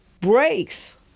breaks